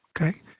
Okay